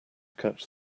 catch